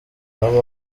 waba